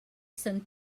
some